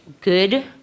good